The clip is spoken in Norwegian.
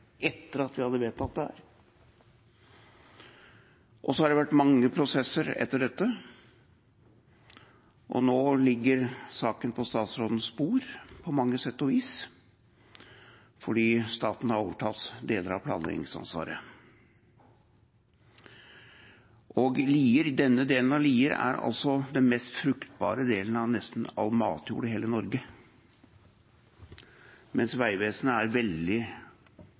etter at vi hadde vedtatt det her. Så har det vært mange prosesser etter dette, og nå ligger saken på statsrådens bord, på mange sett og vis, fordi staten har overtatt deler av planleggingsansvaret. Denne delen av Lier har altså den mest fruktbare delen av nesten all matjord i hele Norge, men Vegvesenet er veldig